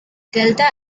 delta